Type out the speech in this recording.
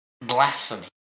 blasphemy